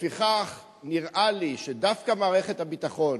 לפיכך, נראה לי שדווקא מערכת הביטחון,